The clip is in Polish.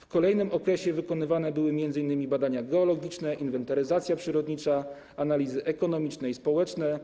W kolejnym okresie wykonywane były m.in. badania geologiczne, inwentaryzacja przyrodnicza, analizy ekonomiczne i społeczne,